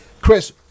Chris